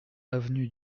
avenue